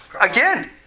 Again